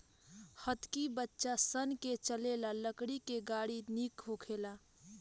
हतकी बच्चा सन के चले ला लकड़ी के गाड़ी निक होखेला